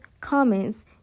comments